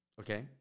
Okay